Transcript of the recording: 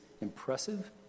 impressive